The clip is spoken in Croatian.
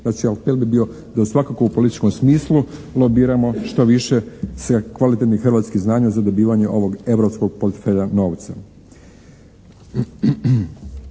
Znači apel bi bio da svakako u političkom smislu lobiramo što više se kvalitetnom hrvatskom znanju za dobivanje ovog europskog portfelja novca.